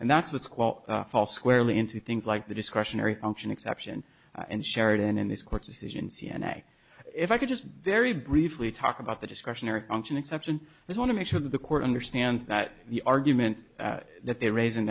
and that's what's quite fall squarely into things like the discretionary function exception and sheridan in this court's decision c n a if i could just very briefly talk about the discretionary function exception they want to make sure that the court understands that the argument that they rais